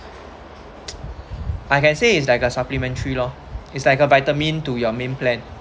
I can say it's like a supplementary loh it's like a vitamin to your main plan